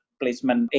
placement